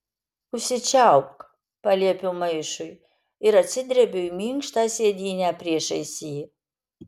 užsičiaupk paliepiu maišui ir atsidrebiu į minkštą sėdynę priešais jį